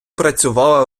працювала